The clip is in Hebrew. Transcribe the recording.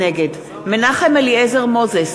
נגד מנחם אליעזר מוזס,